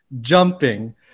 jumping